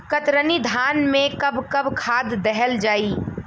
कतरनी धान में कब कब खाद दहल जाई?